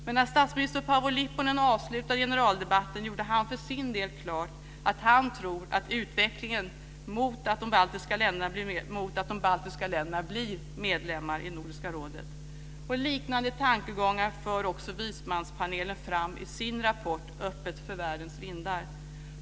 Men när statsminister Paavo Lipponen avslutade generaldebatten gjorde han för sin del klart att han tror att utvecklingen går mot att de baltiska länderna blir medlemmar i Nordiska rådet. Liknande tankegångar för den s.k. vismanspanelen fram i sin rapport Norden 2000 - öppet för världens vindar.